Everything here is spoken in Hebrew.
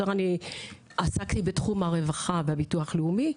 אני עסקתי יותר בתחום הרווחה והביטוח הלאומי.